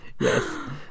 Yes